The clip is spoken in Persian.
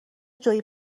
جویی